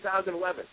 2011